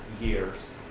years